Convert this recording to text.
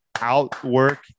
outwork